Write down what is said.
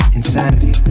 insanity